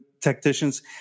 tacticians